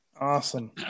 Awesome